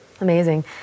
Amazing